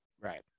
Right